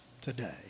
today